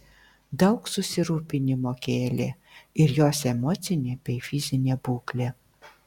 daug susirūpinimo kėlė ir jos emocinė bei fizinė būklė